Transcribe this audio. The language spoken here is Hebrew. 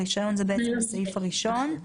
הרישיון זה בעצם הסעיף הראשון.